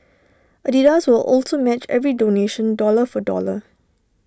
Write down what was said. Adidas will also match every donation dollar for dollar